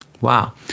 Wow